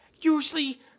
Usually